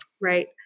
Right